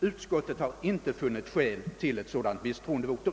Utskottet har inte funnit skäl till ett sådant misstroendevotum.